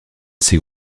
ces